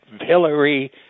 Hillary